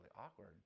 awkward